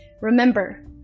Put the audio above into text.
Remember